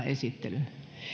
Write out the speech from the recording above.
esittelyn